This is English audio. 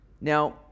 Now